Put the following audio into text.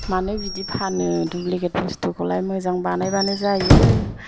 मानो बिदि फानो दुब्लिगेट बुस्थुखौलाय मोजां बानायबानो जायो